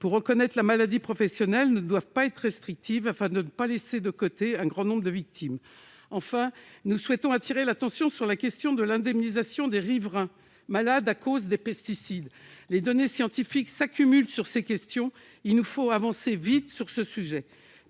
pour reconnaître la maladie professionnelle ne doivent pas être restrictives afin de ne pas laisser de côté un grand nombre de victimes. Enfin, nous souhaitons attirer l'attention sur l'indemnisation des riverains, malades à cause des pesticides. Les données scientifiques s'accumulent sur ces sujets et il nous faut avancer vite. Plus